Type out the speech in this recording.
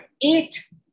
eight